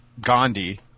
gandhi